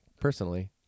personally